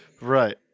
Right